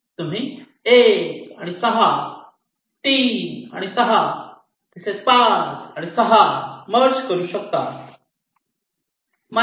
तुम्ही 1 आणि 6 3 आणि 6 तसेच 5 आणि 6 मर्ज करू शकतात